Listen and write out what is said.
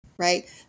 Right